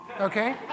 okay